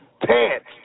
pants